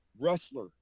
wrestler